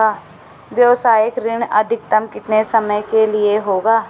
व्यावसायिक ऋण अधिकतम कितने समय के लिए होगा?